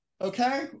okay